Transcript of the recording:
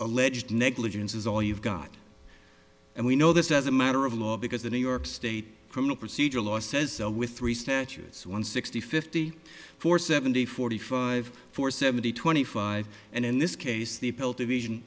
alleged negligence is all you've got and we know this as a matter of law because the new york state criminal procedure law says with three statutes one sixty fifty four seventy forty five four seventy twenty five and in this case the pill to vision